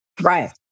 right